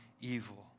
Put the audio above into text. evil